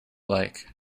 like